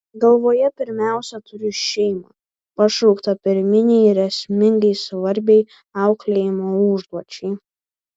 galvoje pirmiausia turiu šeimą pašauktą pirminei ir esmingai svarbiai auklėjimo užduočiai